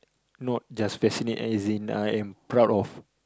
not just fascinate and as in I am proud of